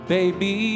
Baby